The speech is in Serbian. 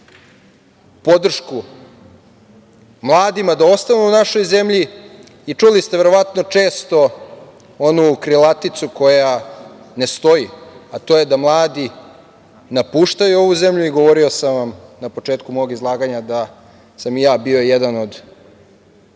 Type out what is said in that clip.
podršku mladima da ostanu u našoj zemlji. Čuli ste verovatno često onu krilaticu koja ne stoji, a to je da mladi napuštaju ovu zemlju i govorio sam vam na početku mog izlaganja da sam i ja bio jedan od